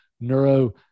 neuro